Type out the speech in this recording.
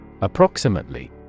Approximately